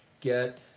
get